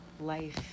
Life